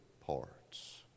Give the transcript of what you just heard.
parts